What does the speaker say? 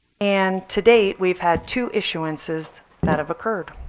and to date we've had two issuances that have occurred.